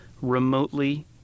remotely